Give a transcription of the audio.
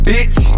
Bitch